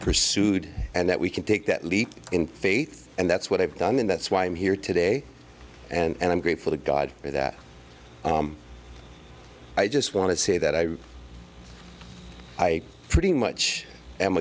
pursued and that we can take that leap in faith and that's what i've done and that's why i'm here today and i'm grateful to god for that i just want to say that i i pretty much am